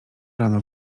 rano